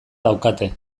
daukate